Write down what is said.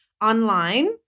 online